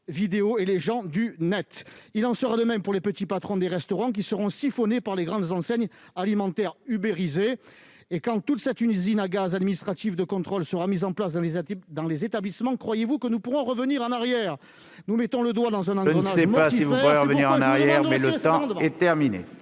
Je ne sais pas si vous pourrez revenir en arrière, mais votre temps est écoulé.